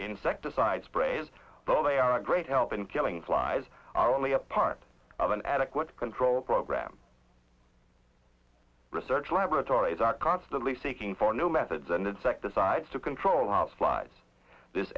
insecticide sprays though they are a great help in killing flies are only a part of an adequate control program research laboratories are constantly seeking for new methods and insecticides to control